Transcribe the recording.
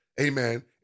Amen